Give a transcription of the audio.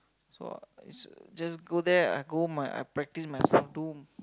so is just go there I go my I practice my